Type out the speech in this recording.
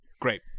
great